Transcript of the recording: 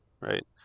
right